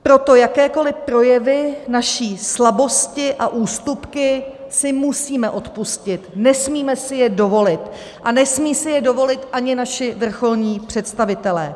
Proto jakékoli projevy své slabosti a ústupky si musíme odpustit, nesmíme si je dovolit a nesmí si je dovolit ani naši vrcholní představitelé.